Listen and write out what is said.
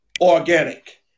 organic